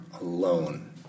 alone